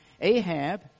Ahab